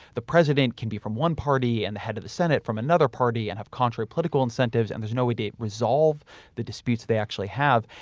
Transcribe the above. the president can be from one party and the head of the senate from another party and have contrary political incentives. and there's no way to resolve the disputes they actually have.